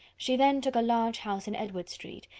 she then took a large house in edward-street,